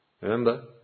Remember